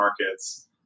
markets